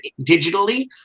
digitally